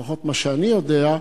לפחות ממה שאני יודע,